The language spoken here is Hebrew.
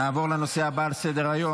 נעבור לנושא הבא על סדר-היום,